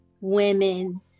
women